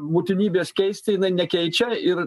būtinybės keisti jinai nekeičia ir